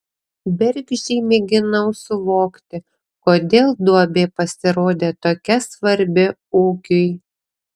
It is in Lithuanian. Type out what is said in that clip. bergždžiai mėginau suvokti kodėl duobė pasirodė tokia svarbi ūkiui